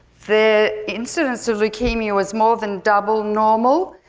the incidence of leukemia was more than double normal.